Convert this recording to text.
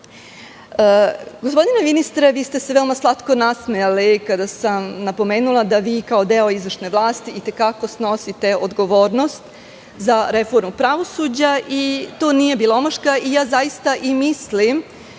sudstva. Gospodine ministre, vi ste veoma slatko nasmejali kada sam napomenula da vi kao deo izvršne vlasti, i te kako snosite odgovornost za reformu pravosuđa i to nije bila omaška, zaista i mislim